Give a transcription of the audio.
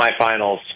semifinals